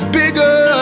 bigger